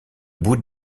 bout